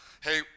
hey